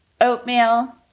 oatmeal